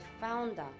founder